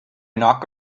knock